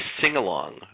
sing-along